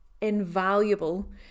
invaluable